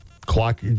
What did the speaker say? clock